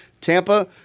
Tampa